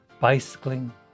bicycling